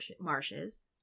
marshes